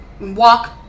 walk